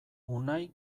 unai